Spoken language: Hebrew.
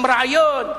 עם רעיון,